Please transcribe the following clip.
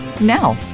Now